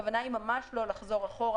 הכוונה היא ממש לא לחזור אחורה,